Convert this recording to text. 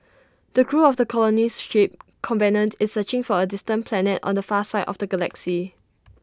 the crew of the colony ship covenant is searching for A distant planet on the far side of the galaxy